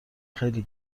خیلی